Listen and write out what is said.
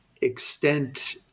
extent